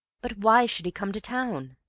but why should he come to town?